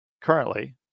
Currently